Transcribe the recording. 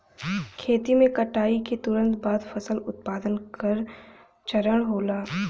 खेती में कटाई के तुरंत बाद फसल उत्पादन का चरण होला